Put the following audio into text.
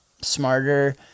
smarter